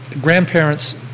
grandparents